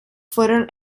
fueron